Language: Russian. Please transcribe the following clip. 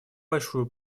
большую